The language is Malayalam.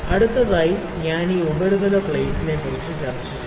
അടുത്തതായി ഞാൻ ഈ ഉപരിതല പ്ലേറ്റിനെക്കുറിച്ച് ചർച്ച ചെയ്യും